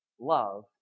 love